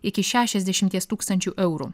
iki šešiasdešimties tūkstančių eurų